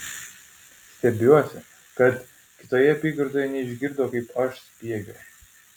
stebiuosi kad kitoje apygardoje neišgirdo kaip aš spiegiau